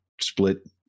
split